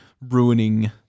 ruining